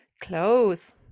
Clothes